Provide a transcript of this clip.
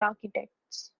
architects